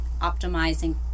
optimizing